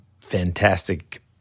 fantastic